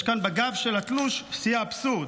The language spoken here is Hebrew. יש כאן, בגב התלוש, שיא האבסורד: